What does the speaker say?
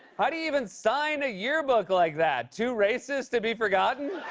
how do you even sign a yearbook like that? too racist to be forgotten?